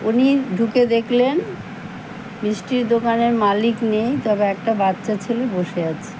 উনি ঢুকে দেখলেন মিষ্টির দোকানের মালিক নেই তবে একটা বাচ্চা ছেলে বসে আছে